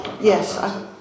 Yes